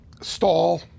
stall